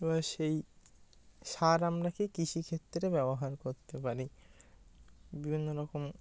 এ বার সেই সার আমরা কী কৃষি ক্ষেত্রে ব্যবহার করতে পারি বিভিন্ন রকম